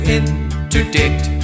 interdict